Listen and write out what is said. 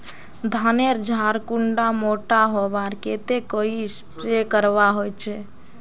धानेर झार कुंडा मोटा होबार केते कोई स्प्रे करवा होचए?